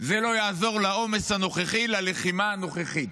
זה לא יעזור לעומס הנוכחי, ללחימה הנוכחית.